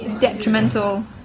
detrimental